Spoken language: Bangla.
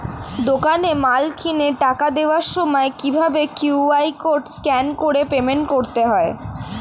দোকানে মাল কিনে টাকা দেওয়ার সময় কিভাবে কিউ.আর কোড স্ক্যান করে পেমেন্ট করতে হয়?